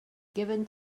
given